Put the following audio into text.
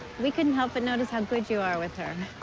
we couldn't help but notice how good you are with her.